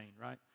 right